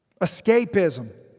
escapism